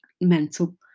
mental